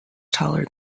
taller